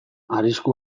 arrisku